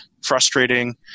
frustrating